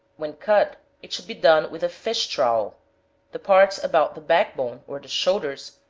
when cut, it should be done with a fish trowel the parts about the back-bone, or the shoulders,